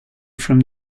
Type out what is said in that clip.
from